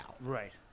Right